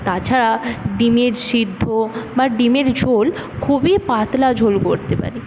তাছাড়া ডিম সিদ্ধ বা ডিমের ঝোল খুবই পাতলা ঝোল করতে পারি